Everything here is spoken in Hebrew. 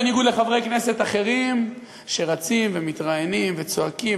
בניגוד לחברי כנסת אחרים שרצים ומתראיינים וצועקים,